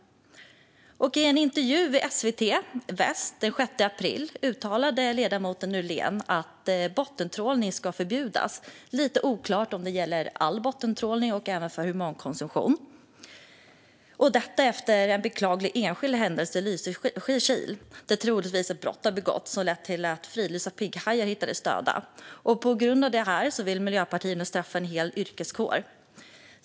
I en intervju i SVT Väst den 6 april uttalade ledamoten Nohrén att bottentrålning ska förbjudas, lite oklart om det gäller all bottentrålning och även för humankonsumtion, detta efter en beklaglig händelse i Lysekil där troligtvis ett brott begåtts som lett till att fridlysta pigghajar hittades döda. På grund av det här vill Miljöpartiet nu bestraffa en hel yrkeskår.